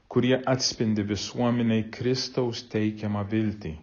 kurie atspindi visuomenėj kristaus teikiamą viltį